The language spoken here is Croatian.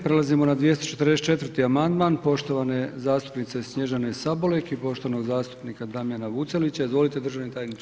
Prelazimo na 244. amandman poštovane zastupnice Snježane Sabolek i poštovanog zastupnika Damjana Vucelića, izvolite državni tajniče.